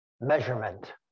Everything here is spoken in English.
measurement